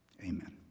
Amen